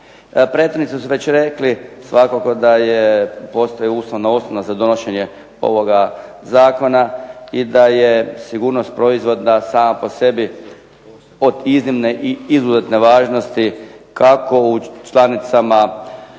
Prethodnici su već rekli svakako da postoji ustavna osnova za donošenje ovoga zakona i da je sigurnost proizvoda sama po sebi od iznimne i izuzetne važnosti kako u državama